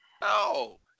No